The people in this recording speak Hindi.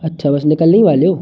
अच्छा बस निकलने ही वाले हो